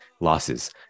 losses